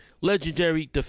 legendary